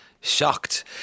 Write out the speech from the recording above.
shocked